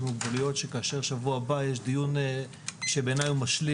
עם מוגבלויות שכאשר שבוע הבא יש דיון שבעיניי הוא משלים